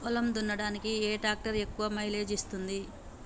పొలం దున్నడానికి ఏ ట్రాక్టర్ ఎక్కువ మైలేజ్ ఇస్తుంది?